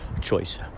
choice